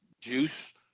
juice